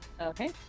Okay